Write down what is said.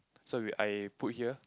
so we I put here